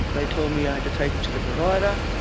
they told me i had to take it to the provider.